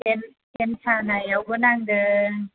सेन सानायावबो नांदों